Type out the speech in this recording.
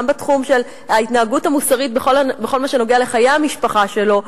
גם בתחום של ההתנהגות המוסרית בכל הנוגע לחיי המשפחה שלו,